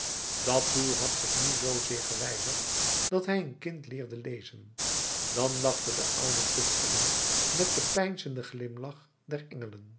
dat doel had zich nu zoozeer gewijzigd dat hij een kind leerde lezen dan lachte de oude tuchteling met den peinzenden glimlach der